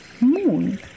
Moon